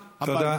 הביתה.